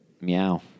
Meow